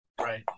right